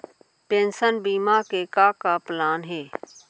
Pension बीमा के का का प्लान हे?